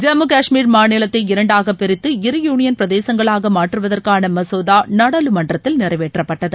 ஜம்மு காஷ்மீர் மாநிலத்தை இரண்டாக பிரித்து இரு யூனியன் பிரதேசங்களாக மாற்றுவதற்கான மசோதா நாடாளுமன்றத்தில் நிறைவேற்றப்பட்டது